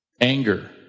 Anger